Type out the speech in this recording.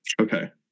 Okay